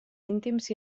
íntims